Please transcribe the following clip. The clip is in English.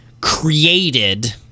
created